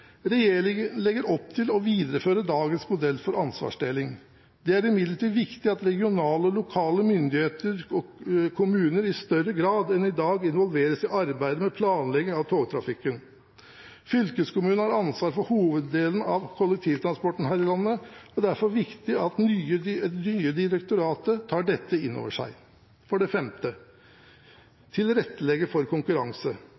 Regjeringen legger opp til å videreføre dagens modell for ansvarsdeling. Det er imidlertid viktig at regionale og lokale myndigheter og kommuner i større grad enn i dag involveres i arbeidet med planlegging av togtrafikken. Fylkeskommunene har ansvaret for hoveddelen av kollektivtransporten her i landet, og det er derfor viktig at det nye direktoratet tar dette innover seg. For det femte: Det skal tilrettelegges for konkurranse.